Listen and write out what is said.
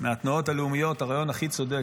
מהתנועות הלאומיות, הרעיון הכי צודק.